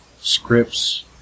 scripts